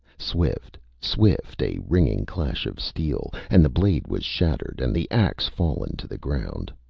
swift, swift, a ringing clash of steel, and the blade was shattered and the axe fallen to the ground.